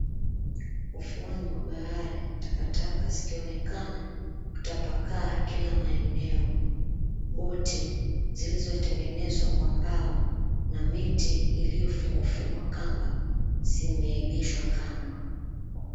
Ufuoni mwa bahari, takataka zikionekana kutapakaa kila maeneo. Boti zilizotengenezwa kwa mbao na miti iliyofungwa fungwa kamba zimeegeshwa kando.